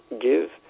give